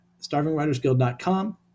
starvingwritersguild.com